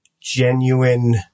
genuine